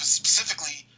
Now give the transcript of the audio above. specifically